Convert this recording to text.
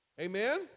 Amen